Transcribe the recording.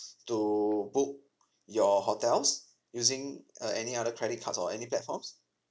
to book your hotels using uh any other credit cards or any platforms